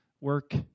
Work